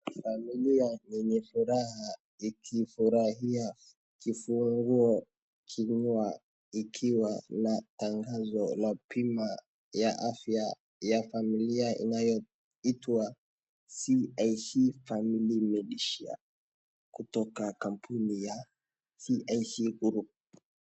Familia yenye furaha ikifurahia kifungua kinywa, ikiwa na tangazo la bima ya afya ya familia inayoitwa CIC Family Medishare kutoka kampuni ya CIC Group .